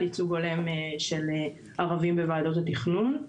על ייצוג הולם של ערבים בוועדות התכנון.